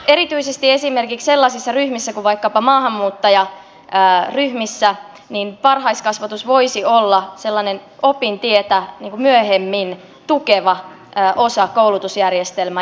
erityisesti esimerkiksi sellaisissa ryhmissä kuin vaikkapa maahanmuuttajaryhmissä varhaiskasvatus voisi olla sellainen opintietä myöhemmin tukeva osa koulutusjärjestelmää